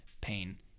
pain